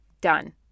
Done